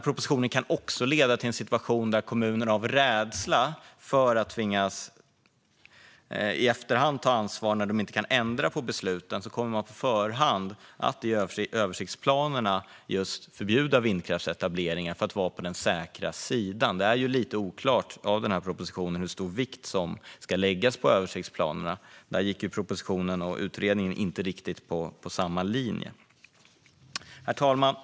Propositionen kan också leda till en situation där kommunerna, av rädsla för att tvingas ta ansvar i efterhand när de inte kan ändra på besluten, förbjuder vindkraftsetablering på förhand i sina översiktsplaner, för att vara på den säkra sidan. Det är lite oklart i propositionen hur stor vikt som ska läggas vid översiktsplanerna. Där gick propositionen och utredningen inte riktigt på samma linje. Herr talman!